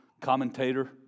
commentator